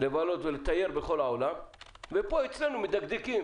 לבלות ולטייל בכל העולם ופה אצלנו מדקדקים